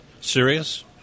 serious